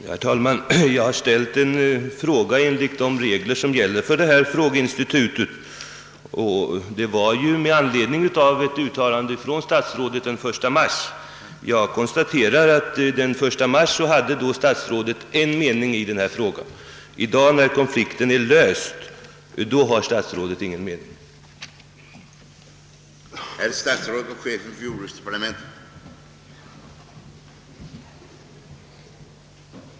Herr talman! Jag har ställt en enkel fråga, enligt de regler som gäller för detta frågeinstitut, med anledning av ett uttalande som statsrådet gjorde den 1 mars. Jag konstaterar nu att statsrådet den 1 mars hade en mening i saken, medan han i dag, när konflikten är löst, inte har någon mening därom.